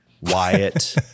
Wyatt